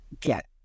get